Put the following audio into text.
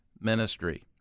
ministry